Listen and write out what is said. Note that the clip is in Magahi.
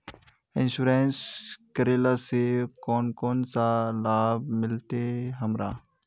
इंश्योरेंस करेला से कोन कोन सा लाभ मिलते हमरा?